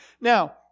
Now